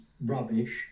rubbish